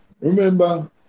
remember